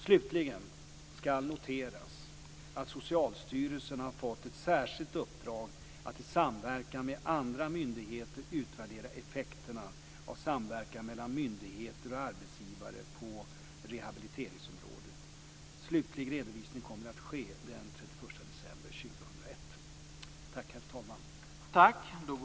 Slutligen ska noteras att Socialstyrelsen har fått ett särskilt uppdrag att i samverkan med andra myndigheter utvärdera effekterna av samverkan mellan myndigheter och arbetsgivare på rehabiliteringsområdet. Slutlig redovisning kommer att ske den 31 december